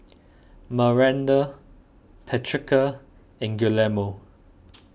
Maranda Patrica and Guillermo